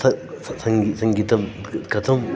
स सङ्गीतं कथम्